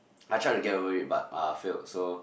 I tried to get over it but uh failed so